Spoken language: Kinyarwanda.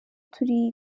turi